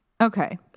Okay